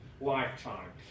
lifetime